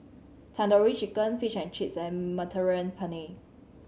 Tandoori Chicken Fish and Chips and Mediterranean Penne